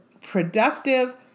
productive